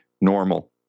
normal